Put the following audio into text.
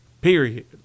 period